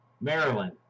Maryland